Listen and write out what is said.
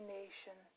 nation